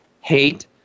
hate